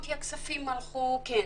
כן,